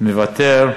מוותר.